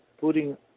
putting